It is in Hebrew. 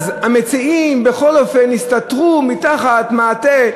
אז המציעים בכל אופן הסתתרו מתחת מעטה,